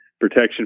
protection